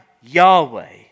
Yahweh